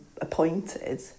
appointed